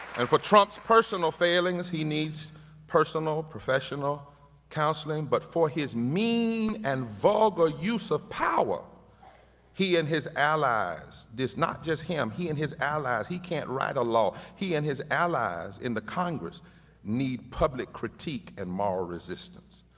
and for trump's personal failings, he needs personal professional counseling, but for his mean and vulgar use of power he and his allies, it's not just him, he and his allies, he can't write a law, he and his allies in the congress need public critique and moral resistance.